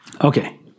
Okay